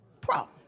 problem